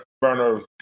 burner